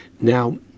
Now